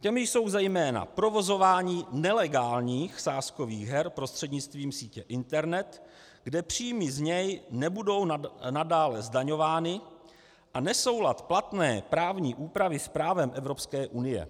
Těmi jsou zejména provozování nelegálních sázkových her prostřednictvím sítě internet, kde příjmy z něj nebudou nadále zdaňovány, a nesoulad platné právní úpravy s právem Evropské unie.